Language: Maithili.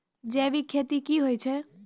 जैविक खेती की होय छै?